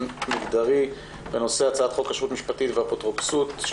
מגדרי בנושא: הצעת חוק הכשרות המשפטית והאפוטרופסות (תיקון